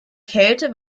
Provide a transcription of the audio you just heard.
kälte